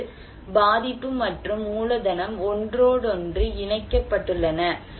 இப்போது பாதிப்பு மற்றும் மூலதனம் ஒன்றோடொன்று இணைக்கப்பட்டுள்ளன